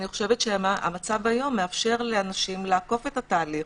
אני חושבת שהמצב כיום מאפשר לאנשים לעקוף את התהליך.